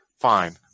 Fine